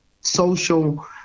social